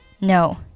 No